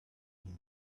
him